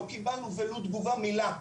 לא קיבלנו תגובה של מילה,